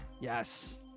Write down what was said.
Yes